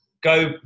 Go